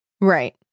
Right